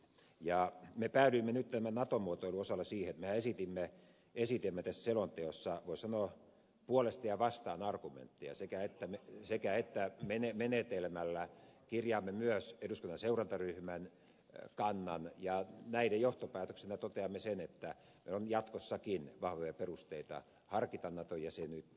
me päädyimme nyt tämän nato muotoilun osalta siihen mehän esitimme tässä selonteossa voisi sanoa argumentteja puolesta ja vastaan sekäettä menetelmällä kirjaamme myös eduskunnan seurantaryhmän kannan ja näiden johtopäätöksenä toteamme että on jatkossakin vahvoja perusteita harkita nato jäsenyyttä